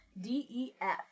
D-E-F